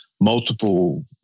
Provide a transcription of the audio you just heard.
multiple